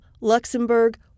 Luxembourg